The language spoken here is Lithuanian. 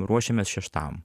ruošimės šeštam